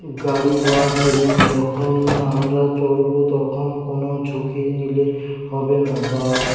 গাড়ি বা ট্রেন যখন আমরা চড়বো তখন কোনও ঝুঁকি নিলে হবে না বা